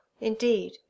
indeed